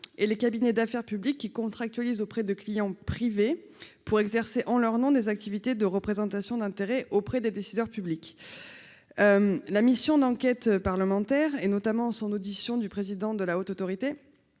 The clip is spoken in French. et les cabinets d'affaires publiques qui comptera actualise auprès de clients privés pour exercer en leur nom des activités de représentation d'intérêts auprès des décideurs publics, la mission d'enquête parlementaire, et notamment son audition du président de la Haute autorité,